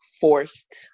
forced